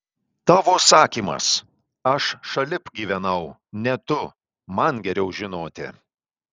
tavo sakymas aš šalip gyvenau ne tu man geriau žinoti